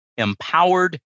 empowered